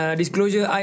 disclosure